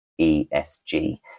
ESG